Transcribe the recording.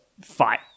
fight